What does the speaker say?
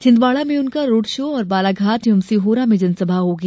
छिंदवाड़ा में उनका road show और बालाघाट एवं सीहोरा में जनसभा होगी